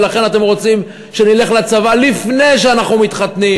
ולכן אתם רוצים שנלך לצבא לפני שאנחנו מתחתנים,